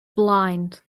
blind